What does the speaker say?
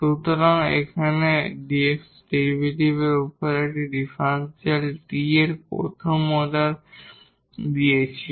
সুতরাং এখানে আমরা dx ডেরিভেটিভের উপর এই ডিফারেনশিয়াল d এর প্রথম অর্ডার দিয়েছি